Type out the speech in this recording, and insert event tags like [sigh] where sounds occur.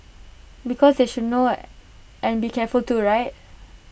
because they should know [noise] and be careful too right